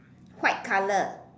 white colour